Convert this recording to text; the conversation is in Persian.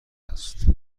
است